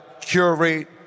curate